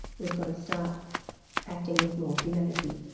we've got to start acting with more humanity.